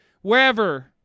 wherever